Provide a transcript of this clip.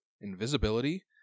Invisibility